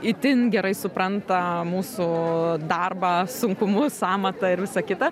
itin gerai supranta mūsų darbą sunkumus amatą ir visa kita